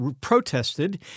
protested